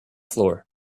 floor